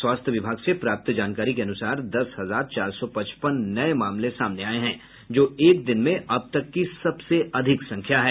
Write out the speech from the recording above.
स्वास्थ्य विभाग से प्राप्त जानकारी के अनुसार दस हजार चार सौ पचपन नये मामले सामने आये हैं जो एक दिन में अब तक की सबसे अधिक संख्या है